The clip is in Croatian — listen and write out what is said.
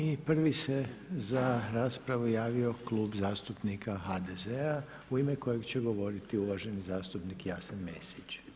I prvi se za raspravu javio Klub zastupnika HDZ-a u ime kojeg će govoriti uvaženi zastupnik Jasen Mesić.